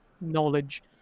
knowledge